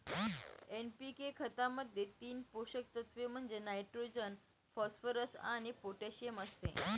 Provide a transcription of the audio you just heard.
NPK खतामध्ये तीन पोषक तत्व म्हणजे नायट्रोजन, फॉस्फरस आणि पोटॅशियम असते